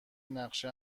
نقشه